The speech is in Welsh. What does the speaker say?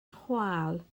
chwâl